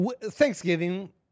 Thanksgiving